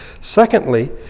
Secondly